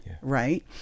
right